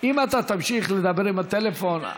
אם אתה תמשיך לדבר בטלפון,